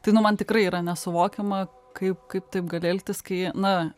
tai nu man tikrai yra nesuvokiama kaip kaip taip gali elgtis kai na